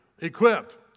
equipped